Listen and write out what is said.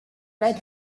red